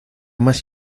más